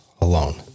alone